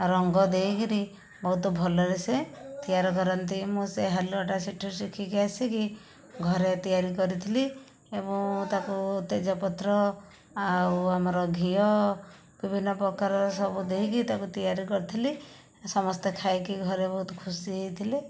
ରଙ୍ଗ ଦେଇକରି ବହୁତ ଭଲରେ ସେ ତିଆର କରନ୍ତି ମୁଁ ସେ ହାଲୁଆଟା ସେଇଠୁ ଶିଖିକି ଆସିକି ଘରେ ତିଆରି କରିଥିଲି ଏବଂ ତାକୁ ତେଜପତ୍ର ଆଉ ଆମର ଘିଅ ବିଭିନ୍ନ ପ୍ରକାରର ସବୁ ଦେଇକି ତାକୁ ତିଆରି କରିଥିଲି ସମସ୍ତେ ଖାଇକି ଘରେ ବହୁତ ଖୁସି ହେଇଥିଲେ